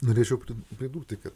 norėčiau pridurti kad